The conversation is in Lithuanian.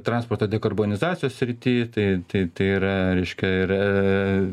transporto dekarbonizacijos srity tai tai tai yra reiškia yra